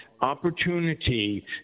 opportunity